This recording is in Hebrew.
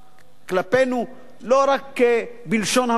לפנינו לא רק בלשון המליצה